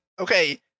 okay